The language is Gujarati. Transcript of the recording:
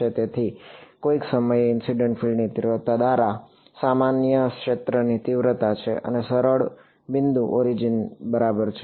તેથી આ કોઈક સમયે ઇનસિડન્ટ ફિલ્ડ ની તીવ્રતા દ્વારા સામાન્ય ક્ષેત્રની તીવ્રતા છે અને સૌથી સરળ બિંદુ ઓરિજિન બરાબર છે